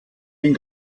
den